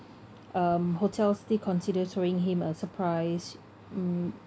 um hotel still consider throwing him a surprise mm